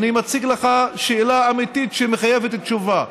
אני מציג לך שאלה אמיתית שמחייבת תשובה.